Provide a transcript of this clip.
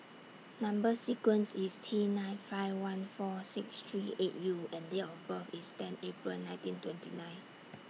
Number sequence IS T nine five one four six three eight U and Date of birth IS ten April nineteen twenty nine